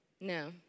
No